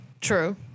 True